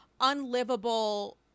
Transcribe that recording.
unlivable